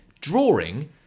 drawing